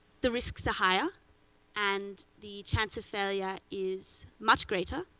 the risks are higher and the chance of failure is much greater